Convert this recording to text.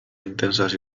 intensas